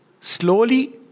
slowly